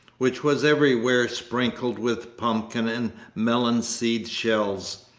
which was everywhere sprinkled with pumpkin and melon seed-shells.